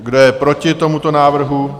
Kdo je proti tomuto návrhu?